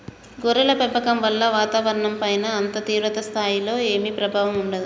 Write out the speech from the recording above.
గొర్రెల పెంపకం వల్ల వాతావరణంపైన అంత తీవ్ర స్థాయిలో ఏమీ ప్రభావం ఉండదు